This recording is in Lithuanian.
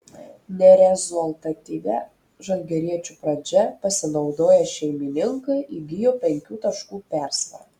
nerezultatyvia žalgiriečių pradžia pasinaudoję šeimininkai įgijo penkių taškų persvarą